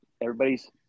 Everybody's